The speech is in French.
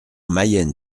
mayenne